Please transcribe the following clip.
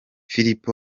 philip